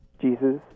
Jesus